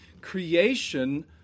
creation